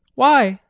why?